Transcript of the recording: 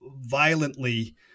violently